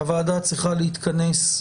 הוועדה צריכה להתכנס.